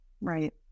Right